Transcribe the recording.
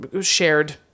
shared